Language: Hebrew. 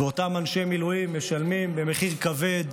אותם אנשי מילואים משלמים מחיר כבד,